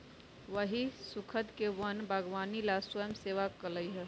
वही स्खुद के वन बागवानी ला स्वयंसेवा कई लय